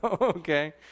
Okay